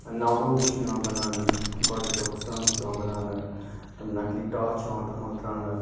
نو روز چھُ یِوان بَناونہٕ بَڈٕ شوقہٕ سان چھُ یِوان بَناونہٕ تِم نَقلی ٹاس چھِ یِوان تتھ مَنٛز ترٛاونہٕ